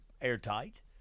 airtight